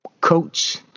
coach